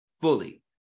fully